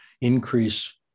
increase